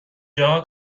جاها